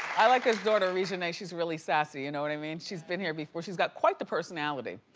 i like his daughter reginae. she's really sassy. you know and i mean she's been here before. she's got quite the personality,